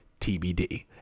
TBD